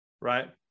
Right